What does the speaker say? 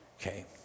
Okay